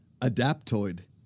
adaptoid